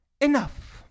Enough